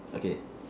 okay